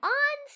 on